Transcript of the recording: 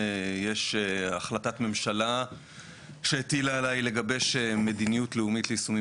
יש החלטת ממשלה שהטילה עליי לגבש מדיניות לאומית ליישומים